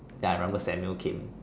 ya I remember Samuel came